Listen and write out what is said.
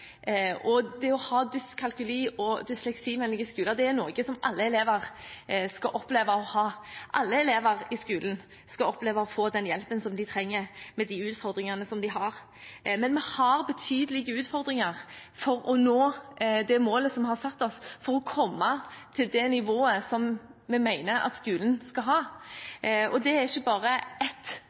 og det å ha dyskalkuli- og dysleksivennlige skoler er noe alle elever skal oppleve. Alle elever i skolen skal oppleve å få den hjelpen som de trenger med de utfordringene de har, men vi har betydelige utfordringer med å nå det målet vi har satt oss, for det nivået vi mener at skolen skal ha. Det er ikke bare ett